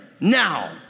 Now